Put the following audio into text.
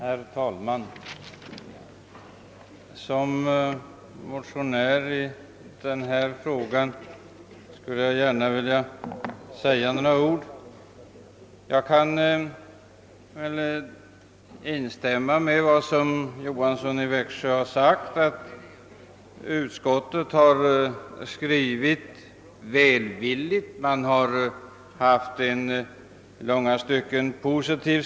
Herr talman! Som motionär i denna fråga skulle jag gärna vilja säga några ord. Jag kan instämma i herr Johanssons i Växjö uttalande att utskottets skrivning är välvillig, i långa stycken är den ju positiv.